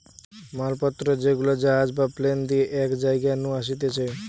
মাল পত্র যেগুলা জাহাজ বা প্লেন দিয়ে এক জায়গা নু আসতিছে